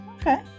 Okay